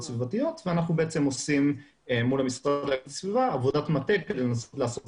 סביבתיות ואנחנו עושים מול המשרד לאיכות הסביבה עבודת מטה כדי לנסות לעשות